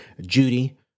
Judy